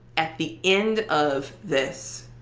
at the end of this,